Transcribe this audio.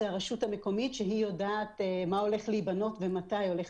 זאת הרשות המקומית שהיא יודעת מה הולך להיבנות ומתי הולך